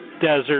Desert